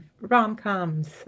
rom-coms